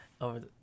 over